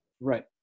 Right